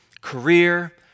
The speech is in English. career